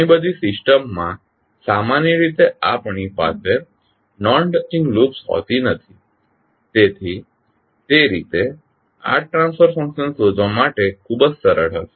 ઘણી બધી સિસ્ટમમા સામાન્ય રીતે આપણી પાસે નોન ટચિંગ લૂપ્સ હોતી નથી તેથી તે રીતે આ ટ્રાન્સફર ફંકશન શોધવા માટે ખૂબ જ સરળ હશે